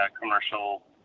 commercial